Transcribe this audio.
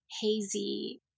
hazy